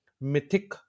mythic